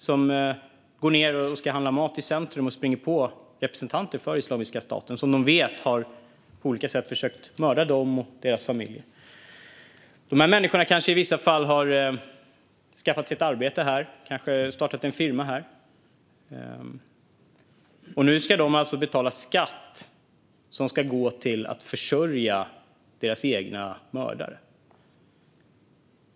När de går ned för att handla mat i centrum kanske de springer på representanter för Islamiska staten, människor som de vet har försökt mörda dem och deras familjer. Dessa människor har kanske i vissa fall skaffat sig ett arbete här - de har kanske startat en firma här - och ska nu betala skatt som ska gå till att försörja dem som har försökt mörda dem och deras familjer.